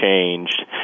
changed